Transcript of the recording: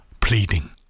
pleading